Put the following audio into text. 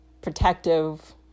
protective